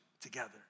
together